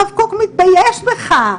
הרב קוק מתבייש בך.